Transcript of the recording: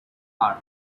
heart